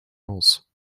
roles